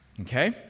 Okay